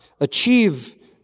achieve